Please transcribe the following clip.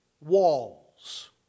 walls